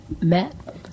Matt